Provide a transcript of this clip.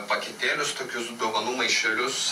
paketėlius tokius dovanų maišelius